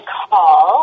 call